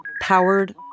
Powered